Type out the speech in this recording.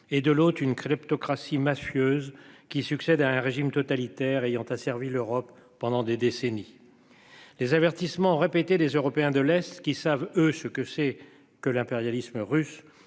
et de l'autre une crêpe ploutocratie mafieuses qui succède à un régime totalitaire ayant asservi l'Europe pendant des décennies. Les avertissements répétés des Européens de l'Est qui savent eux ce que c'est que l'impérialisme russe